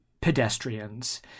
pedestrians